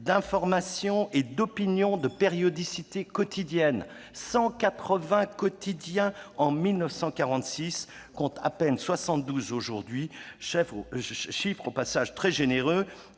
d'information et d'opinion de périodicité quotidienne : 180 quotidiens, en 1946, contre à peine 72 aujourd'hui, chiffre au demeurant très généreux,